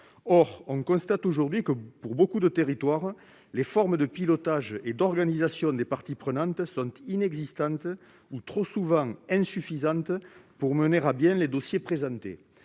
Or on constate aujourd'hui que, dans nombre de territoires, le pilotage et l'organisation des parties prenantes sont inexistants ou insuffisants pour mener à bien les dossiers présentés.